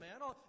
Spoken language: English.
man